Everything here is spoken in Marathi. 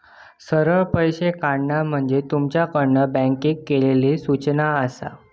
सरळ पैशे काढणा म्हणजे तुमच्याकडना बँकेक केलली सूचना आसा